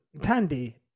Tandy